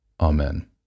Amen